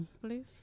Please